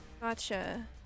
Gotcha